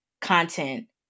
content